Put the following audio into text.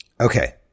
Okay